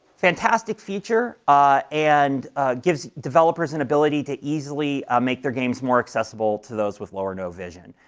fantastic feature ah and gives developers an ability to easily make their games more accessible to those with low or no vision,